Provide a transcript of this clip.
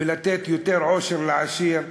ולתת יותר עושר לעשיר,